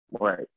right